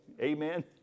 Amen